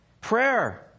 Prayer